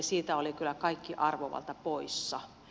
siitä oli kyllä kaikki arvovalta poissa